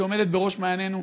שעומדת בראש מעיינינו,